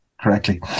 correctly